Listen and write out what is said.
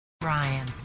Ryan